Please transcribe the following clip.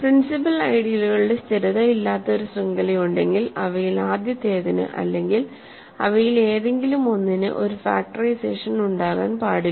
principal ഐഡിയലുകളുടെ സ്ഥിരത ഇല്ലാത്ത ഒരു ശൃംഖലയുണ്ടെങ്കിൽ അവയിൽ ആദ്യത്തേതിന് അല്ലെങ്കിൽ അവയിലേതെങ്കിലും ഒന്നിന് ഒരു ഫാക്റ്ററൈസേഷൻ ഉണ്ടാകാൻ പാടില്ല